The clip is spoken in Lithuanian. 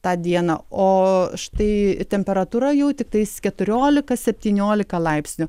tą dieną o štai temperatūra jau tiktais keturiolika septyniolika laipsnių